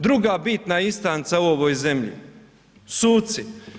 Druga bitna instanca u ovoj zemlji, suci.